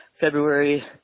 February